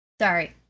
Sorry